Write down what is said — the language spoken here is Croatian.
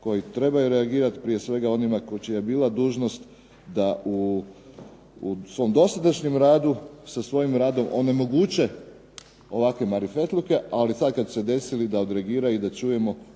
koji trebaju reagirati, prije svega onima koji, čija je bila dužnost da u svom dosadašnjem radu sa svojim radom onemoguće ovakve marifetluke ali sad kad su se desili da odreagiraju i da čujemo